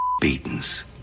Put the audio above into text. beatings